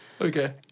Okay